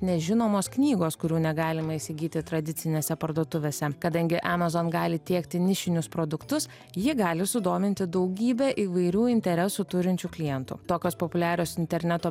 nežinomos knygos kurių negalima įsigyti tradicinėse parduotuvėse kadangi amazon gali tiekti nišinius produktus ji gali sudominti daugybę įvairių interesų turinčių klientų tokios populiarios interneto